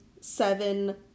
seven